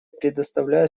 предоставляю